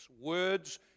words